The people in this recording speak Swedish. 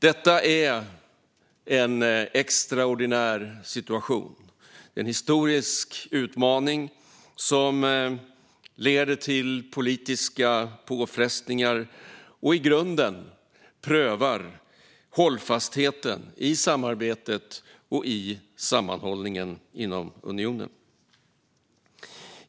Detta är en extraordinär situation - en historisk utmaning som leder till politiska påfrestningar och i grunden prövar hållfastheten i samarbetet och sammanhållningen inom unionen.